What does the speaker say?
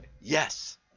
Yes